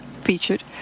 featured